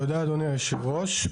תודה אדוני היושב ראש,